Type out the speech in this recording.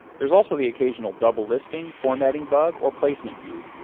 there's also the occasional double-listing, formatting bug, or placement goof,